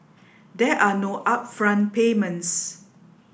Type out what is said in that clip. there are no upfront payments